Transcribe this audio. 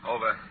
Over